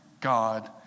God